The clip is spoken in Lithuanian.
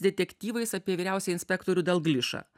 detektyvais apie vyriausiąjį inspektorių dalglišą